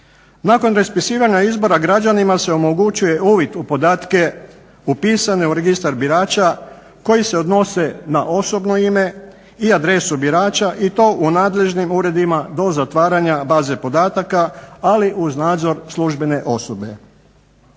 Nakon raspisivanja izbora građanima se omogućuje uvid u podatke upisane u registar birača koji se odnose na osobno ime i adresu birača i to u nadležnim uredima do zatvaranja baze podataka, ali uz nadzor službene osobe.